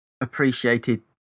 appreciated